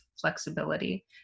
flexibility